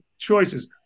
Choices